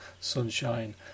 sunshine